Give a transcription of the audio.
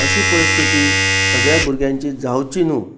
अशी परिस्थिती सगळ्या भुरग्यांची जावची न्हू